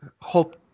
hope